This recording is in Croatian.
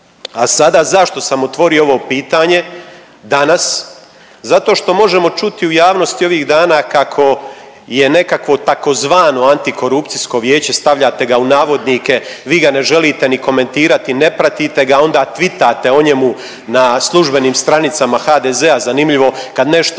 A sada zašto sam otvorio ovo pitanje danas. Zato što možemo čuti u javnosti ovih dana kako je nekakvo tzv. Antikorupcijsko vijeće, stavljate ga u navodnike, vi ga ne želite ni komentirati, ne pratite ga, a onda twitate o njemu na službenim stranicama HDZ-a, zanimljivo, kad nešto